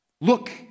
look